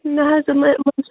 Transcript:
نہَ حظ دوٚپمےَ